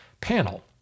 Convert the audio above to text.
panel